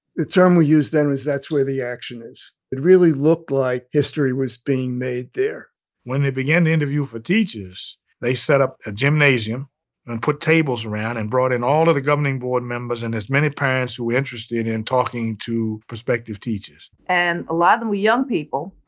the term we used then was, that's where the action is. it really looked like history was being made there when they began to interview for teachers, they set up a gymnasium and put tables around and brought in all of the governing board members and as many parents who were interested in talking to prospective teachers and a lot of them were young people.